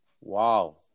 wow